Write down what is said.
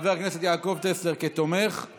חבר הכנסת יעקב טסלר כתומך,